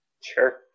Sure